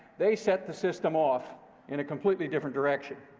they set the system off in a completely different direction.